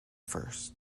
first